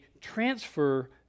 transfer